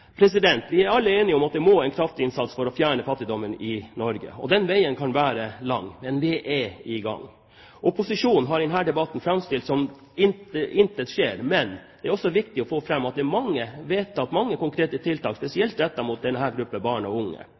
Vi er alle enige om at det må en kraftinnsats til for å fjerne fattigdommen i Norge. Den veien kan være lang, men vi er i gang. Opposisjonen har i denne debatten framstilt det som at intet skjer, men det er også viktig å få fram at det er blitt vedtatt mange konkrete tiltak spesielt rettet mot denne gruppen barn og unge.